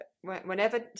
whenever